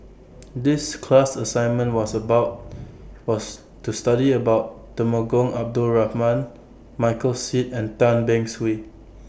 The class assignment was about was to study about Temenggong Abdul Rahman Michael Seet and Tan Beng Swee